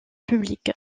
publique